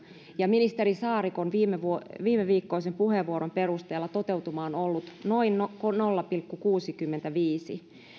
ja ministeri saarikon viimeviikkoisen puheenvuoron perusteella toteutuma on ollut noin nolla pilkku kuusikymmentäviisi